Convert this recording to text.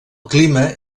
clima